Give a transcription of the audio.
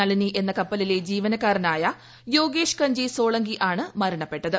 നളിനി എന്ന കപ്പലിലെ ജീവനക്കാരനായ യോഗേഷ് കഞ്ചി സോളങ്കി ആണ് മരണപ്പെട്ടത്